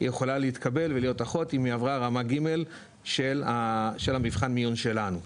היא יכולה להתקבל ולהיות אחות אם היא עברה רמה ג' של המבחן מיון שלנו,